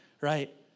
right